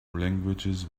languages